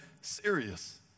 serious